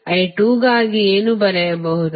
I2 ಗಾಗಿ ಏನು ಬರೆಯಬಹುದು